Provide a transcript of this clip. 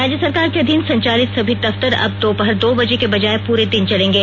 राज्य सरकार के अधीन संचालित सभी दफ्तर अब दोपहर दो बजे के बजाय पूरे दिन चलेंगे